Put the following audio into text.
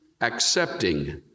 accepting